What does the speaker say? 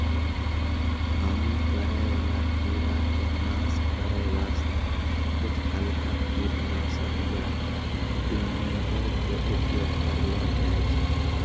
हानि करै वाला कीड़ा के नाश करै वास्तॅ कुछ हल्का कीटनाशक या विनेगर के उपयोग करलो जाय छै